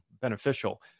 beneficial